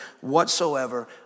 whatsoever